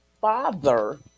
father